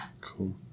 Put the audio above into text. Cool